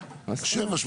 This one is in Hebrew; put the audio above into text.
חברים.